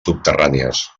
subterrànies